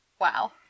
Wow